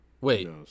Wait